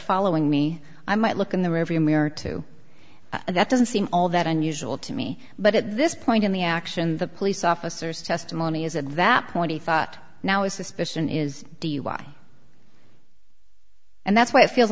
following me i might look in there every america too and that doesn't seem all that unusual to me but at this point in the action the police officers testimony is at that point he thought now is suspicion is dui and that's why it feels